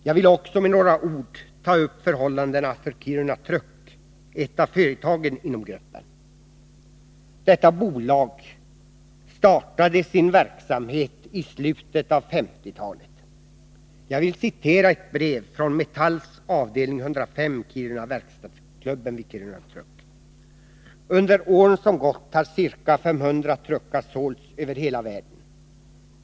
Jag vill också med några ord ta upp förhållandena för Kiruna Truck, ett av företagen inom gruppen. Detta bolag startade sin verksamhet i slutet av 1950-talet. Jag vill citera ett brev från Metalls avd. 105 Kiruna, verkstadsklubben vid Kiruna Truck: ”Under åren som gått har ca 500 truckar sålts över hela världen.